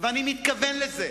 ואני מתכוון לזה.